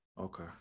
okay